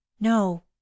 No